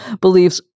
beliefs